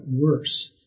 worse